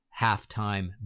halftime